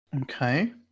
Okay